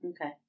Okay